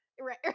Right